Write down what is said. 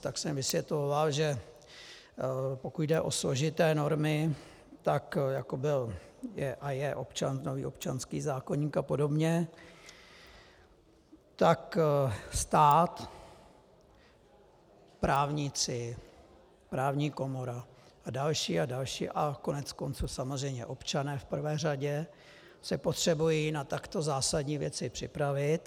Tak jsem vysvětloval, že pokud jde o složité normy, tak jako byl a je nový občanský zákoník a podobně, tak stát, právníci, právní komora a další a další, a koneckonců samozřejmě občané v prvé řadě se potřebují na takto zásadní věci připravit.